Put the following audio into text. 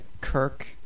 Kirk